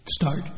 start